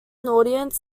audience